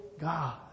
God